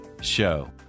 Show